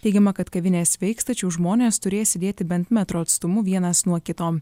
teigiama kad kavinės veiks tačiau žmonės turės sėdėti bent metro atstumu vienas nuo kito